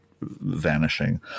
vanishing